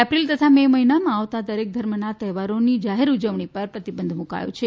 April તથા May મહિનામાં આવતા દરેક ધર્મના તહેવારોની જાહેર ઉજવણી પર પ્રતિબંધ મુકાયો છે